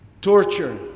torture